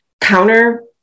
Counter